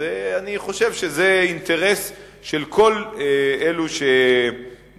אני חושב שזה אינטרס של כל אלה שדואגים